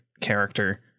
character